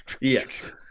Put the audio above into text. Yes